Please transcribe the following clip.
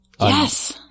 yes